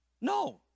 No